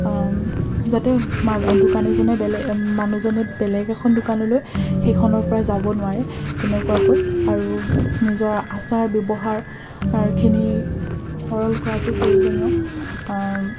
যাতে ম দোকানীজনে বেলেগ মানুহজনে বেলেগ এখন দোকানলৈ সেইখনৰ পৰা যাব নোৱাৰে তেনেকুৱাকৈ আৰু নিজৰ আচাৰ ব্যৱহাৰখিনি সৰল কৰাটো প্ৰয়োজনীয়